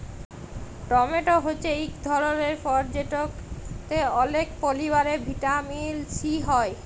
tomato হছে ইক ধরলের ফল যেটতে অলেক পরিমালে ভিটামিল সি হ্যয়